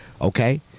okay